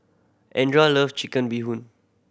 Andra love Chicken Bee Hoon